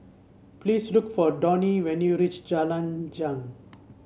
please look for Donnie when you reach Jalan Jong